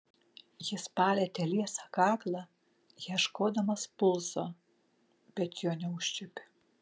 jis palietė liesą kaklą ieškodamas pulso bet jo neužčiuopė